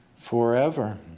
forever